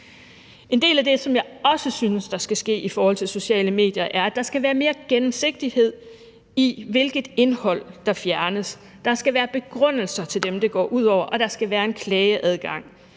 En del af det, som jeg også synes skal ske i forhold til sociale medier, er, at der skal være mere gennemsigtighed i, hvilket indhold der fjernes. Der skal være begrundelser til dem, det går ud over, og der skal være en klageadgang,